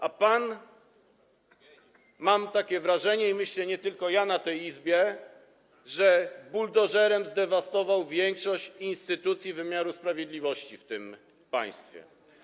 A pan - mam takie wrażenie, myślę tak nie tylko ja w tej Izbie - buldożerem zdewastował większość instytucji wymiaru sprawiedliwości w tym państwie.